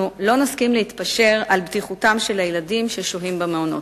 אנחנו לא נסכים להתפשר על בטיחותם של הילדים ששוהים במעונות.